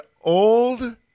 old